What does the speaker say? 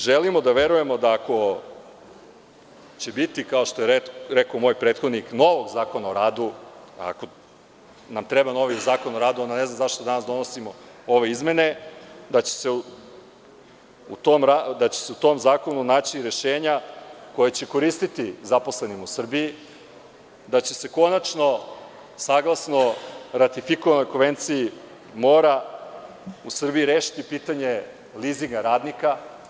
Želimo da verujemo da ako će biti, kao što je rekao moj prethodnik, novog zakona o radu, ako nam treba novi zakon o radu, onda ne znam zašto danas donosimo ove izmene, da će se u tom zakonu naći rešenja koja će koristiti zaposlenima u Srbiji, da će se konačno saglasno ratifikovanoj konvenciji morati u Srbiji rešiti pitanje lizinga radnika.